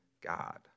God